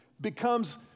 becomes